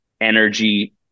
energy